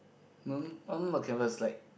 no not not not canvas like